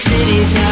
Cities